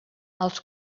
els